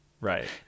Right